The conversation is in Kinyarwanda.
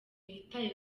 yitaye